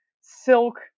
silk